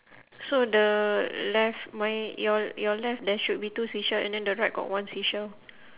so the left my your your left there should be two seashell and then the right got one seashell